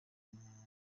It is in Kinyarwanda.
muganda